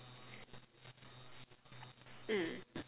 mm